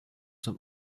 zum